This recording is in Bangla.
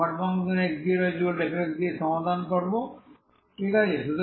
ux0f দিয়ে সমাধান করব ঠিক আছে